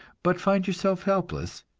but find yourself helpless,